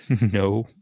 No